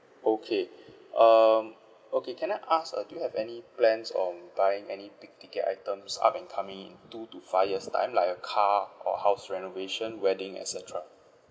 okay um okay can I ask uh do you have any plans on buying any big ticket items up and coming two to five years time like a car or house renovation wedding et cetera